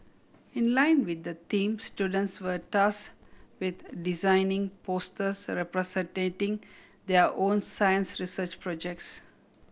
in line with the theme students were task with designing posters representing their own science research projects